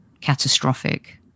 catastrophic